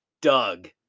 Doug